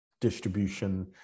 distribution